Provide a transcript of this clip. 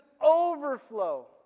overflow